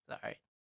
Sorry